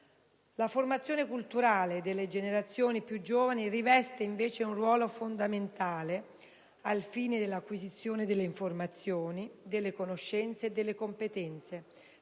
La formazione culturale delle generazioni più giovani riveste invece un ruolo fondamentale al fine dell'acquisizione delle informazioni, delle conoscenze e delle competenze